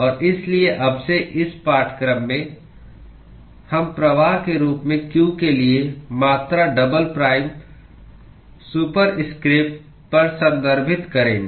और इसलिए अब से इस पाठ्यक्रम में हम प्रवाह के रूप में q के लिए मात्रा डबल प्राइम सुपरस्क्रिप्ट पर संदर्भित करेंगे